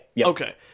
Okay